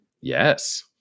Yes